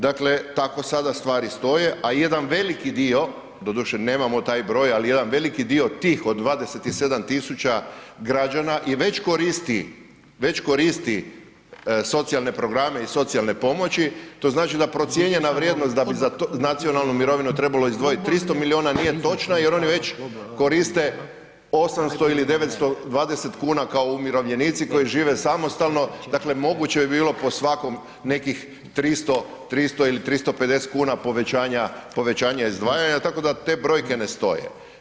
Dakle tako sada stvari stoje a jedan veliki dio, doduše nemamo taj broj ali jedan veliki dio tih od 27 000 građana već koristi socijalne programe i socijalne pomoći, to znači da je procijenjena vrijednost da bi za tu nacionalnu mirovinu trebalo izdvojiti 300 milijuna nije točna jer oni već koriste 800 ili 920 kuna kao umirovljenici koji žive samostalno, dakle moguće je bilo po svakom nekih 300 ili 350 povećanja izdvajanja, tako da te brojke ne stoje.